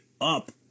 up